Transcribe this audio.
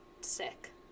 sick